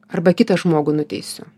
arba kitą žmogų nuteisiu